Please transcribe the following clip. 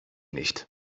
nicht